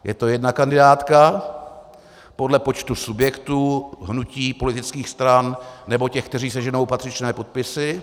Je to jedna kandidátka podle počtu subjektů, hnutí, politických stran nebo těch, kteří seženou patřičné podpisy.